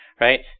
right